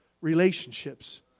relationships